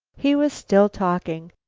he was still talking.